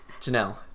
Janelle